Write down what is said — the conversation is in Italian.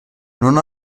non